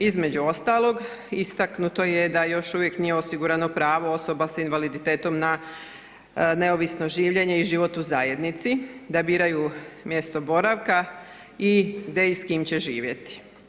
Između ostalog istaknuto je da još uvijek nije osigurano pravo osoba s invaliditetom na neovisno življenje i život u zajednici, da biraju mjesto boravka i gdje i s kim će živjeti.